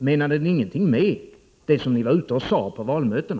Menade ni ingenting med det som ni var ute och sade på valmötena?